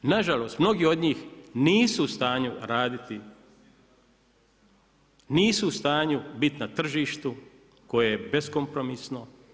Na žalost, mnogi od njih nisu u stanju raditi, nisu u stanju biti na tržištu koje je beskompromisno.